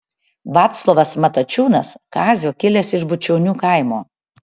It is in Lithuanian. vaclovas matačiūnas kazio kilęs iš bučionių kaimo